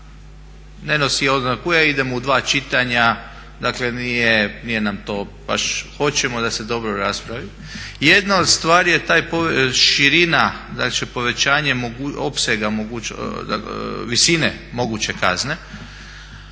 ne nosi oznaku E, idemo u dva čitanja, dakle nije nam to. Baš hoćemo da se dobro raspravi. Jedna od stvari je taj, širina znači povećanje opsega visine moguće kazne.